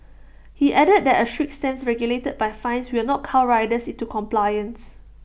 he added that A strict stance regulated by fines will not cow riders into compliance